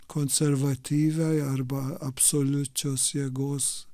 konservatyviąją arba absoliučios jėgos